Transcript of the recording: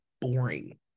boring